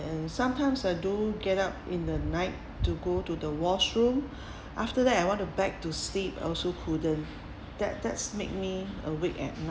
and sometimes I do get up in the night to go to the washroom after that I want to back to sleep also couldn't that that's made me awake at night